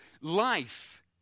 life